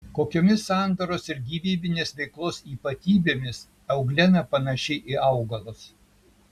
kokiomis sandaros ir gyvybinės veiklos ypatybėmis euglena panaši į augalus